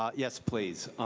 yes, please.